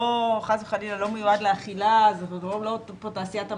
שחס וחלילה לא מיועד לאכילה, זה לא תעשיית המזון,